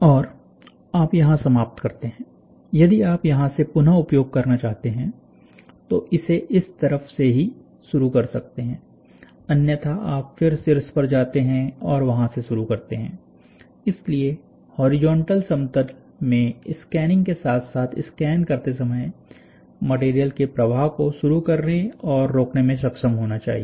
और आप यहां समाप्त करते हैं यदि आप यहां से पुनः उपयोग करना चाहते हैं तो इसे इस तरफ से ही शुरू कर सकते हैं अन्यथा आप फिर शीर्ष पर जाते हैं और वहां से शुरू करते हैं इसलिए हॉरिजॉन्टल समतल में स्कैनिंग के साथ साथ स्कैन करते समय मटेरियल के प्रवाह को शुरू करने और रोकने में सक्षम होना चाहिए